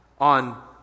on